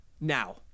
Now